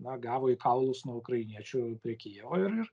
na gavo į kaulus nuo ukrainiečių prie kijevo ir ir